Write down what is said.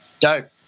dope